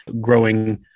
growing